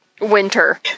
winter